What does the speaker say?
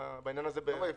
למה יפרסם?